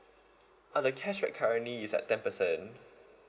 uh the cashback currently is at ten percent